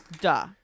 Duh